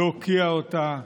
להוקיע אותה,